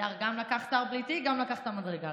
אבידר גם לקח שר בלי תיק וגם לקח את המדרגה.